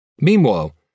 Meanwhile